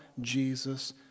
Jesus